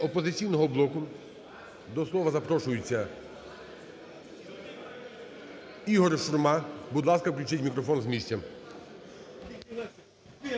"Опозиційного блоку" до слова запрошується Ігор Шурма. Будь ласка, включіть мікрофон з місця.